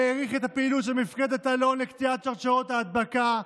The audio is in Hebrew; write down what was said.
האריך את הפעילות של מפקדת אלון לקטיעת שרשראות ההדבקה.